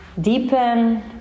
deepen